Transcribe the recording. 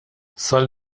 sal